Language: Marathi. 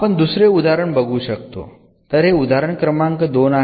आपण दुसरे उदाहरण बघू शकतो तर हे उदाहरण क्रमांक 2 आहे